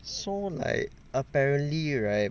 so like apparently right